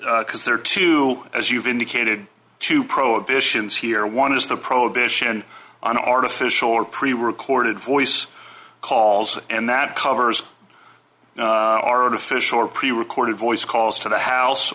because there are two as you've indicated two prohibitions here one is the prohibition on artificial or pre recorded voice calls and that covers are artificial or prerecorded voice calls to the house